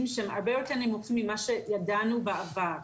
שהם הרבה יותר נמוכים ממה שידענו בעבר.